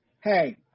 hey